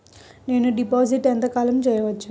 నేను డిపాజిట్ ఎంత కాలం చెయ్యవచ్చు?